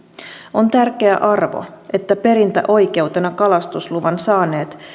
on tärkeä arvo että perintöoikeutena kalastusluvan saaneet